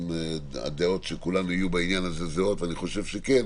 אם הדעות של כולם יהיו זהות בעניין הזה ואני חושב שכן